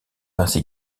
ainsi